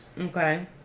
Okay